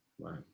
Right